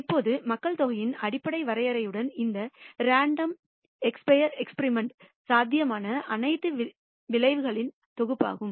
இப்போது மக்கள்தொகையின் அடிப்படை வரையறையுடன் இந்த ரேண்டம் எக்ஸ்பயர் எக்ஸ்பிரிமெண்ட் சாத்தியமான அனைத்து விளைவுகளின் தொகுப்பாகும்